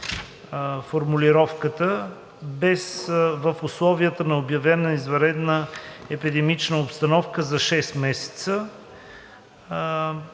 формулировката, без „в условията на обявена извънредна епидемична обстановка за шест месеца“,